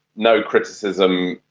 no criticism,